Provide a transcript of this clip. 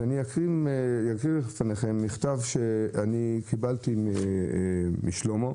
אז אקרא לכם מכתב שקיבלתי משלמה.